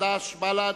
חד"ש ובל"ד.